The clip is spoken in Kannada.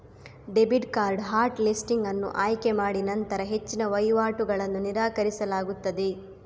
ಡೆಬಿಟ್ ಕಾರ್ಡ್ ಹಾಟ್ ಲಿಸ್ಟಿಂಗ್ ಅನ್ನು ಆಯ್ಕೆ ಮಾಡಿನಂತರ ಹೆಚ್ಚಿನ ವಹಿವಾಟುಗಳನ್ನು ನಿರಾಕರಿಸಲಾಗುತ್ತದೆ